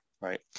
right